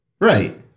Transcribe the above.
Right